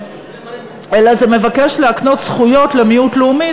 אלא זה מבקש להקנות זכויות למיעוט לאומי,